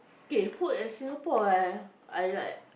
K food at Singapore what I like